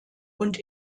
und